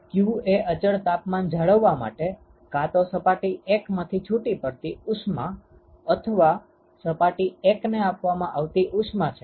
q એ અચળ તાપમાન જાળવવા માટે કાં તો સપાટી 1 માંથી છુટી પડતી ઉષ્મા અથવા સપાટી 1ને આપવામાં આવતી ઉષ્મા છે